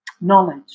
knowledge